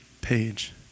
page